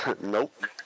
Nope